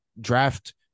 draft